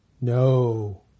No